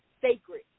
sacred